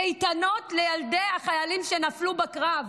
קייטנות לילדי החללים שנפלו בקרב,